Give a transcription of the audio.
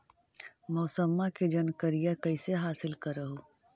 मौसमा के जनकरिया कैसे हासिल कर हू?